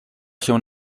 się